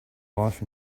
life